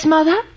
Mother